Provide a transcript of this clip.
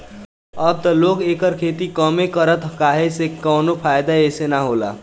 अब त लोग एकर खेती कमे करता काहे से कवनो फ़ायदा एसे न होला